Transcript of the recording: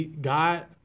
God